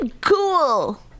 cool